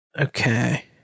Okay